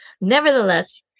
Nevertheless